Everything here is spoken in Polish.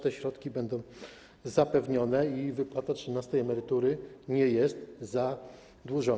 Te środki będą zapewnione i wypłata trzynastej emerytury nie jest zadłużona.